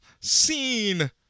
scene